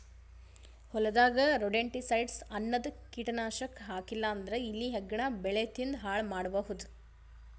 ಹೊಲದಾಗ್ ರೊಡೆಂಟಿಸೈಡ್ಸ್ ಅನ್ನದ್ ಕೀಟನಾಶಕ್ ಹಾಕ್ಲಿಲ್ಲಾ ಅಂದ್ರ ಇಲಿ ಹೆಗ್ಗಣ ಬೆಳಿ ತಿಂದ್ ಹಾಳ್ ಮಾಡಬಹುದ್